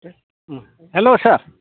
hello sir